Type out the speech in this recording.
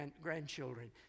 grandchildren